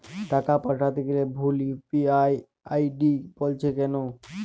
টাকা পাঠাতে গেলে ভুল ইউ.পি.আই আই.ডি বলছে কেনো?